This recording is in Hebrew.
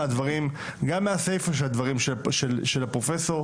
גם מהסיפא של הדברים של הפרופסור.